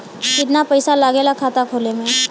कितना पैसा लागेला खाता खोले में?